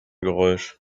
geräusch